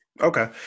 Okay